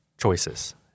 choices